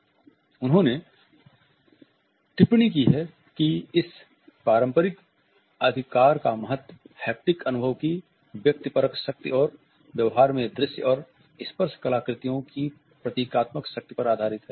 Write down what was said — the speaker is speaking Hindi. और उन्होंने टिप्पणी की है कि इस पारंपरिक अधिकार का महत्व हैप्टिक अनुभव की व्यक्तिपरक शक्ति और व्यवहार में दृश्य और स्पर्श कलाकृतियों की प्रतीकात्मक शक्ति पर आधारित है